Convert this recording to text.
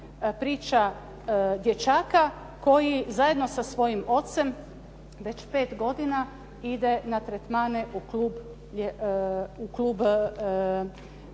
priča dječaka koji zajedno sa svojim ocem već pet godina ide na tretmane u klub osoba